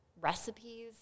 recipes